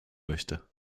möchte